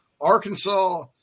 Arkansas